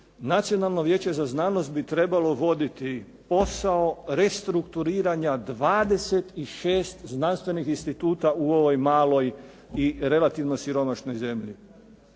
Nacionalno vijeće za znanost bi trebalo voditi posao restrukturiranja 26 znanstvenih instituta u ovoj maloj i relativnoj siromašnoj zemlji.